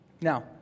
Now